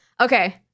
Okay